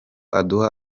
aduha